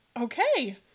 Okay